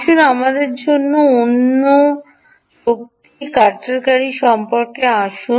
আসুন আমাদের অন্য ধরণের শক্তি কাটারকারীর সম্পর্কে কথা বলুন